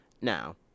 now